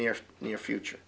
near near future